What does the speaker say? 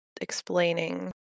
explaining